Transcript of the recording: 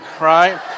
right